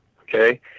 Okay